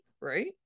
right